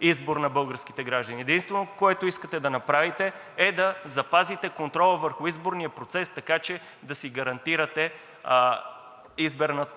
избор на българските граждани. Единственото, което искате да направите, е да запазите контрола върху изборния процес, така че да си гарантирате